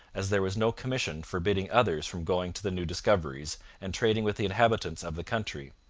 as there was no commission forbidding others from going to the new discoveries and trading with the inhabitants of the country.